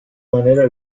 manera